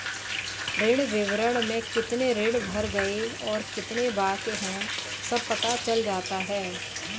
ऋण विवरण में कितने ऋण भर गए और कितने बाकि है सब पता चल जाता है